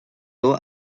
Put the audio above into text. d’eau